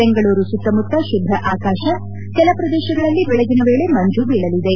ಬೆಂಗಳೂರು ಸುತ್ತಮುತ್ತ ಶುಭ್ಧ ಆಕಾಶ ಕೆಲ ಪ್ರದೇಶಗಳಲ್ಲಿ ಬೆಳಗಿನ ವೇಳೆ ಮಂಜು ಬೀಳಲಿದೆ